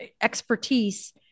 expertise